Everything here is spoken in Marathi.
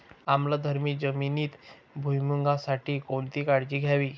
आम्लधर्मी जमिनीत भुईमूगासाठी कोणती काळजी घ्यावी?